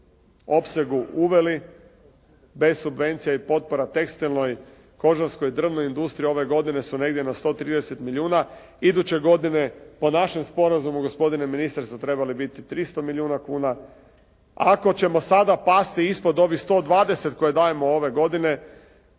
opsegu uveli, bez subvencija i potpora tekstilnoj, kožarskoj i drvnoj industriji ove godine su negdje na 130 milijuna. Iduće godine po našem sporazumu gospodine ministre su trebali biti 300 milijuna kuna. Ako ćemo sada pasti ispod ovih 120 koje dajemo ove godine